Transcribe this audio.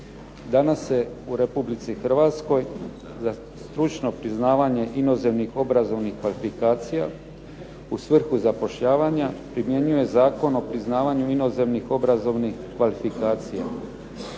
Danas se u Republici Hrvatskoj za stručno priznavanje inozemnih obrazovnih kvalifikacija u svrhu zapošljavanja primjenjuje Zakon o priznanju inozemnih obrazovnih kvalifikacija.